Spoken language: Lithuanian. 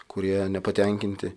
kurie nepatenkinti